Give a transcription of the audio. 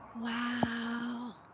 Wow